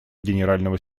генерального